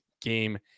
game